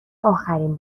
آخرین